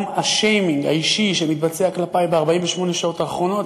גם השיימינג האישי שמתבצע כלפי ב-48 השעות האחרונות,